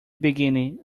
beginning